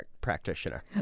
practitioner